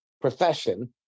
profession